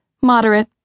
moderate